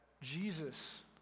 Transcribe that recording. Jesus